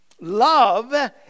love